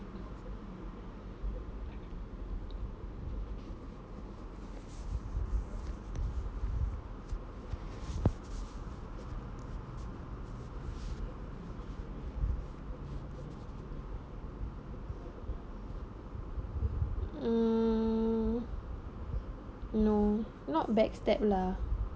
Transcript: mm no not backstab lah